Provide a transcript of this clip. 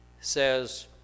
says